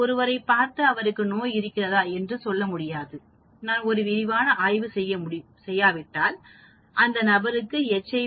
நான் ஒருவரை பார்த்து அவருக்கு நோய் இருக்கிறதா என்று சொல்ல முடியாது நான் ஒரு விரிவான ஆய்வு செய்யாவிட்டால் அந்த நபருக்கு எச்